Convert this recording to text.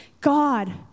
God